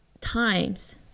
times